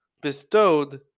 bestowed